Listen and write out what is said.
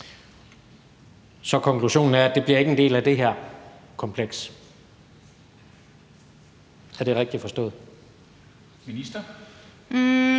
Så konklusionen er, at det ikke bliver en del af det her kompleks. Er det rigtigt forstået?